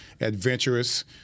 adventurous